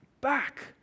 back